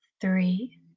three